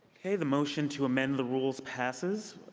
okay. the motion to amend the rules passes.